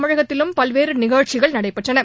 தமிழகத்திலும் பல்வேறுநிகழ்ச்சிகள் நடைபெற்றன